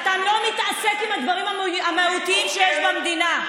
אתה לא מתעסק בדברים המהותיים שיש במדינה.